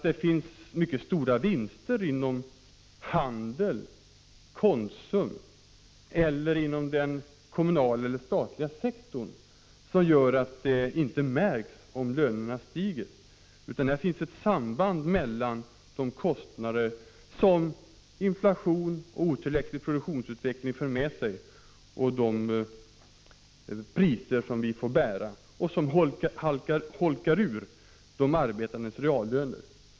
Det finns inte stora vinster inom handeln, i Konsum, eller inom den kommunala och statliga sektorn som gör att det inte märks om lönerna stiger. Det finns i stället ett samband mellan de kostnader som inflation och otillräcklig produktionsutveckling för med sig och de priser vi får bära. Detta urholkar de arbetandes reallöner.